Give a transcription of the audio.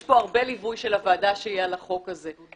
יש פה הרבה ליווי של הוועדה על החוק הזה.